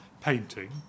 painting